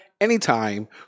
anytime